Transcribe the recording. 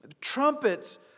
Trumpets